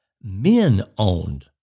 men-owned